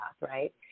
right